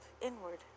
Inward